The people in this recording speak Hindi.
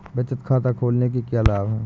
बचत खाता खोलने के क्या लाभ हैं?